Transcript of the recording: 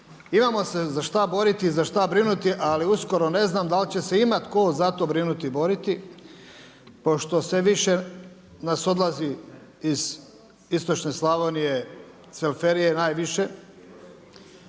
imamo se za šta boriti i za šta brinuti, ali uskoro ne znam dal će se imati tko za to brinuti i boriti pošto sve više odlazi iz Istočne Slavonije, Cvelferije najviše.